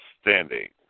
Standing